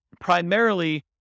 primarily